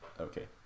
Okay